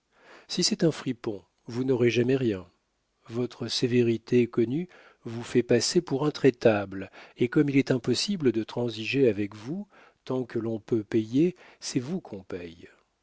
si c'est un fripon vous n'aurez jamais rien votre sévérité connue vous fait passer pour intraitable et comme il est impossible de transiger avec vous tant que l'on peut payer c'est vous qu'on paye